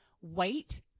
white